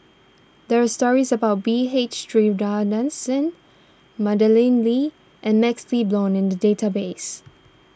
there are stories about B H Sreenivasan Madeleine Lee and MaxLe Blond in the database